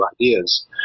ideas